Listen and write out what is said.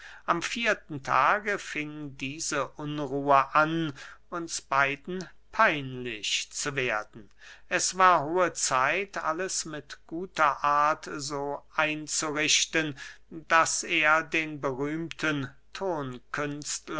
am vierten tage fing diese unruhe an uns beiden peinlich zu werden es war hohe zeit alles mit guter art so einzurichten daß er den berühmten